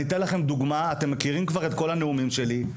אני אתן לכם דוגמה אתם כבר מכירים את כל הנאומים שלי,